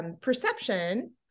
perception